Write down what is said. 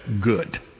good